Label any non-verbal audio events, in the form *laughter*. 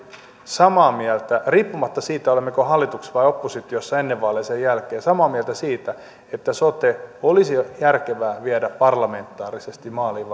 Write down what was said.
samaa mieltä riippumatta siitä olimmeko hallituksessa vai oppositiossa ennen vaaleja ja sen jälkeen siitä että sote olisi järkevää viedä parlamentaarisesti maaliin *unintelligible*